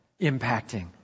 impacting